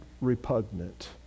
repugnant